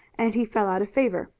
and he fell out of favor.